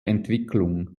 entwicklung